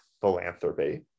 philanthropy